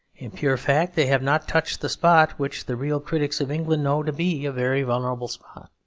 in pure fact they have not touched the spot, which the real critics of england know to be a very vulnerable spot.